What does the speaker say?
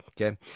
okay